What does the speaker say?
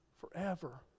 forever